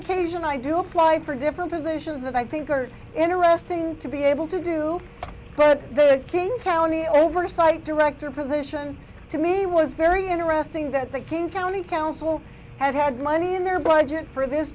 occasion i do apply for different positions that i think are interesting to be able to do but the king county oversight director position to me was very interesting that the king county council had had money in their budget for this